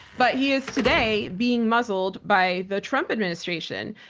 but he is today being muzzled by the trump administration.